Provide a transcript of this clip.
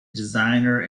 designer